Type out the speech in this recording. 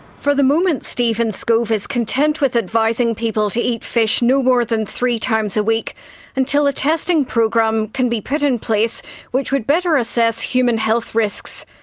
for the moment steven skov is content with advising people to eat fish no more than three times a week until a testing program can be put in place which would better assess human health risks.